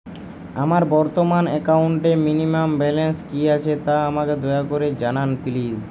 আমার বর্তমান একাউন্টে মিনিমাম ব্যালেন্স কী আছে তা আমাকে দয়া করে জানান প্লিজ